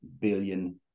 billion